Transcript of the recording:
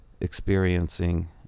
experiencing